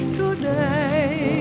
today